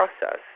process